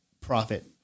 profit